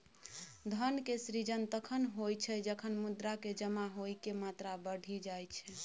धन के सृजन तखण होइ छै, जखन मुद्रा के जमा होइके मात्रा बढ़ि जाई छै